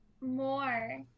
More